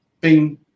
bing